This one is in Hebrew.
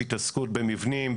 התעסקות במבנים,